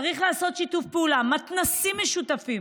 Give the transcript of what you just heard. צריך לעשות שיתוף פעולה, מתנ"סים משותפים.